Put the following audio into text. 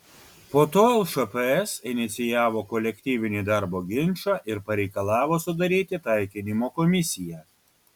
po to lšps inicijavo kolektyvinį darbo ginčą ir pareikalavo sudaryti taikinimo komisiją